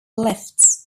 lifts